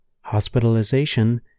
hospitalization